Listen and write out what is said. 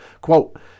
quote